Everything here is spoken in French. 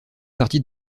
partie